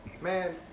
Man